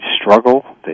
struggle